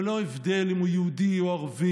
בלא הבדל אם הוא יהודי או ערבי,